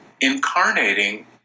incarnating